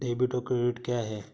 Debit और credit क्या है?